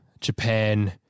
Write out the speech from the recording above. Japan